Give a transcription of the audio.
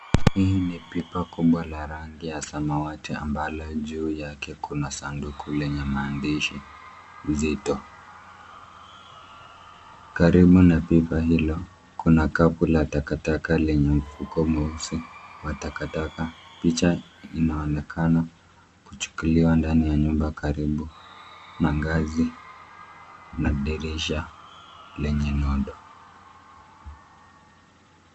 Hii ni pipa kubwa la rangi ya samawati ambalo juu yake kuna sanduku lenye maandishi nzito. Karibu na pipa hilo kuna kapu la takataka lenye mfuko mweusi wa takataka. Picha inaonekana kuchukuliwa ndani ya nyumba karibu na ngazi na dirisha lenye nondo.